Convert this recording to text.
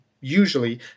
usually